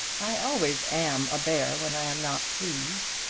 i always am a bear when i am not pleased.